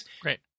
Great